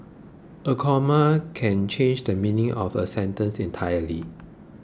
a comma can change the meaning of a sentence entirely